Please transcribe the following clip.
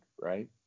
right